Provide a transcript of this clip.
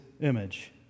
image